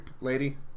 lady